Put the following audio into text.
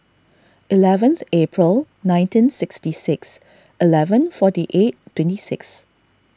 eleventh April nineteen sixty six eleven forty eight twenty six